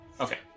okay